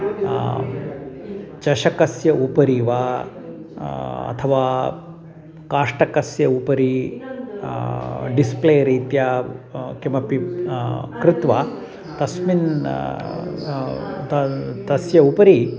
चषकस्य उपरि वा अथवा काष्टस्य उपरी डिस्प्ले रीत्या किमपि कृत्वा तस्मिन् तत् तस्य उपरि